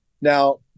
Now